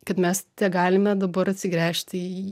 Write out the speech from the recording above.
kad mes tegalime dabar atsigręžti į